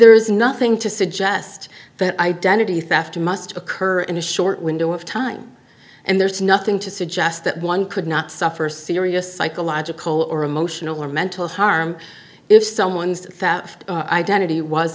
there is nothing to suggest that identity theft must occur in a short window of time and there's nothing to suggest that one could not suffer serious psychological or emotional or mental harm if someone's identity was